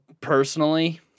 personally